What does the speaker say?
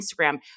Instagram